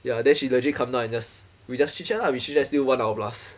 ya then she legit come down and just we just chit-chat lah we chit-chat still one hour plus